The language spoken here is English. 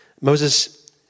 Moses